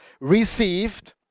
received